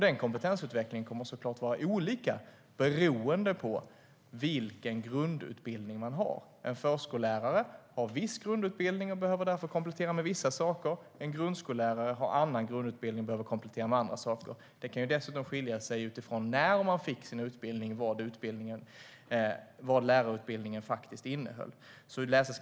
Den kompetensutvecklingen kommer såklart att vara olika beroende på vilken grundutbildning de har. En förskollärare har viss grundutbildning och behöver därför komplettera med vissa saker. En grundskollärare har annan grundutbildning och behöver komplettera med andra saker. Det kan dessutom skilja sig utifrån när de fick sin utbildning vad lärarutbildningen faktiskt innehöll.